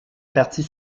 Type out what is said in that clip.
partie